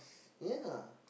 ya